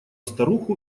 старуху